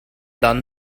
done